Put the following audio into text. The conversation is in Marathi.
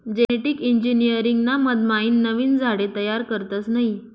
जेनेटिक इंजिनीअरिंग ना मधमाईन नवीन झाडे तयार करतस नयी